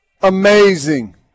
amazing